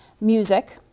music